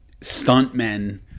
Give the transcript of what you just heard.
stuntmen